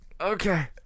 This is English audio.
Okay